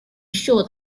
ensure